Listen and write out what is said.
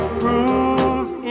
proves